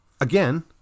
again